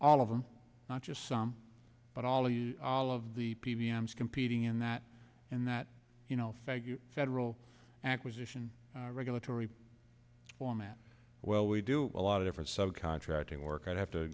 all of them not just some but all of the all of the p m s competing in that and that you know federal acquisition regulatory format well we do a lot of different subcontracting work i'd have to